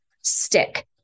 stick